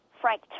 Frank